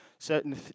certain